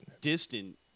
distant